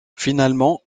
finalement